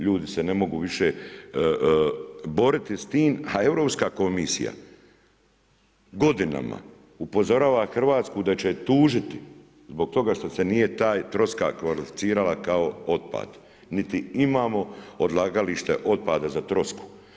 Ljudi se ne mogu više boriti s tim, a Europska komisija godinama upozorava Hrvatsku da će je tužiti zbog toga što se nije ta troska kvalificirala kao otpad, niti imamo odlagalište otpada za trosku.